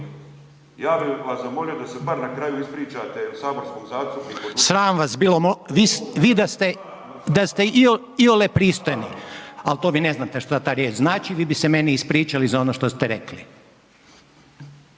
Ja bih vas zamolio da se bar na kraju ispričate saborskom zastupniku. **Reiner, Željko (HDZ)** Sram vas bilo, vi da ste iole pristojne, ali to vi ne znate šta ta riječ znači vi bi se meni ispričali za ono što ste rekli.